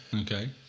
okay